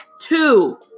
Two